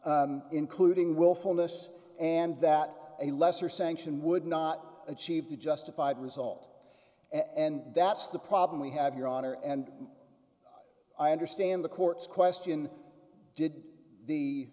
honor including willfulness and that a lesser sanction would not achieve the justified result and that's the problem we have your honor and i understand the court's question did the